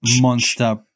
monster